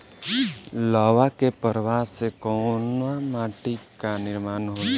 लावा क प्रवाह से कउना माटी क निर्माण होला?